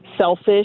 selfish